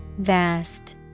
Vast